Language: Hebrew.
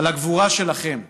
על הגבורה שלכם,